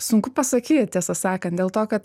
sunku pasakyt tiesą sakant dėl to kad